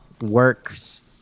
works